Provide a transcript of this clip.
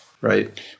right